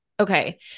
Okay